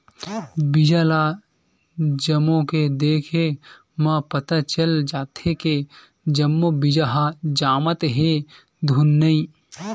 बीजा ल जमो के देखे म पता चल जाथे के जम्मो बीजा ह जामत हे धुन नइ